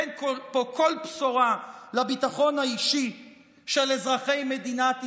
אין פה כל בשורה לביטחון האישי של אזרחי מדינת ישראל,